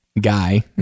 guy